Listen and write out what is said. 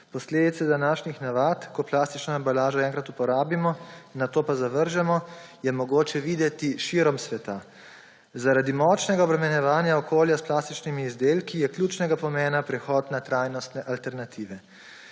Posledice današnjih navad, ko plastično embalažo enkrat uporabimo, nato pa zavržemo, je mogoče videti širom sveta. Zaradi močnega obremenjevanja okolja s plastičnimi izdelki je ključnega pomena prehod na trajnostne alternative.